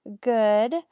good